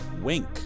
Wink